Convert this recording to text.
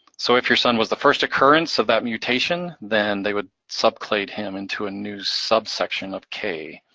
so if your son was the first occurrence of that mutation, then they would sub clade him into a new subsection of k,